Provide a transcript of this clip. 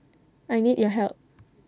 I need your help